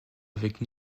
avec